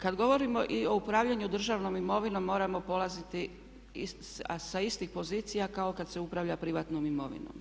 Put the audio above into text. Kad govorimo i o upravljanju državnom imovinom moramo polaziti sa istih pozicija kao kad se upravlja privatnom imovinom.